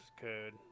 code